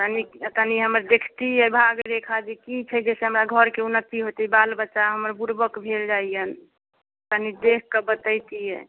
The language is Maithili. तनी तनी हमर देखतियै भागरेखा जे की छै जाहिसँ हमरा घरके उन्नति होइतै बालबच्चा हमर बुरबक भेल जाइया तनी देखिकऽ बतैतियै